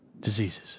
Diseases